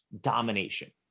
domination